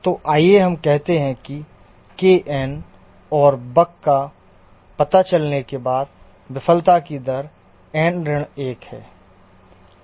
तो आइए हम कहते हैं कि k n और बग का पता चलने के बाद विफलता की दर n ऋण 1 है k n ऋण 1 है